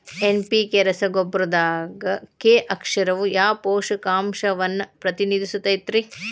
NPK ರಸಗೊಬ್ಬರದಾಗ K ಅಕ್ಷರವು ಯಾವ ಪೋಷಕಾಂಶವನ್ನ ಪ್ರತಿನಿಧಿಸುತೈತ್ರಿ?